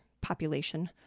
population